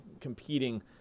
competing